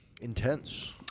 intense